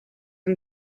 him